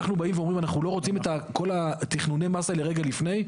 אנחנו באים ואומרים שאנחנו לא רוצים את כל תכנוני המס האלה רגע לפני,